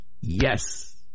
yes